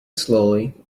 slowly